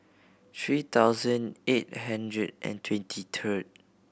three thousand eight hundred and twenty two